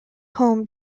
home